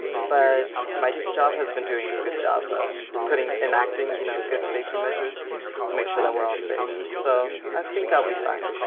but my job has been doing a good job of putting and acting you know good safety measures to make sure that we're all safe. so i think i'll be fine.